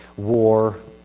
war,